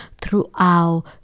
throughout